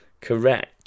Correct